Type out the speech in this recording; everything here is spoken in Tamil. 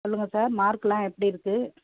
சொல்லுங்கள் சார் மார்க்லாம் எப்படி இருக்குது